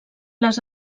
les